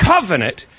covenant